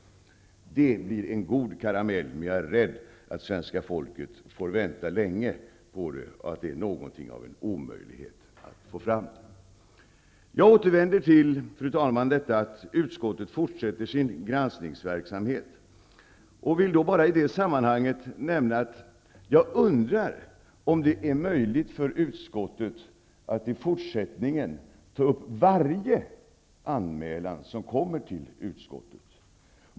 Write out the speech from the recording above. Det blir en god karamell. Men jag är rädd för att svenska folket kommer att få vänta länge i det fallet och att det här är något av en omöjlighet. Fru talman! Jag återvänder till detta med att utskottet fortsätter sin granskningsverksamhet. I det sammanhanget undrar jag om det är möjligt för utskottet att i fortsättningen ta upp varje anmälan som kommer in till utskottet.